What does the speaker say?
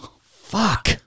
Fuck